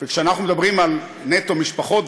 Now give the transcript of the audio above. וכשאנחנו מדברים על "נטו משפחות",